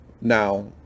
now